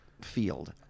field